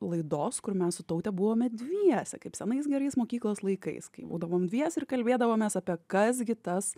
laidos kur mes su taute buvome dviese kaip senais gerais mokyklos laikais kai būdavom dviese ir kalbėdavomės apie kas gi tas